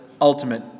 ultimate